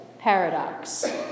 Paradox